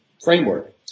framework